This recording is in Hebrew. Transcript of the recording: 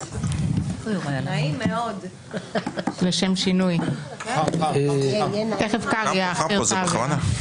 בצורה ברורה שאתמול היא לא אמרה שצריך להפסיק את הדיון.